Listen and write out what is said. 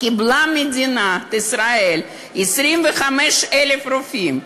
מדינת ישראל קיבלה 25,000 רופאים,